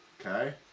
Okay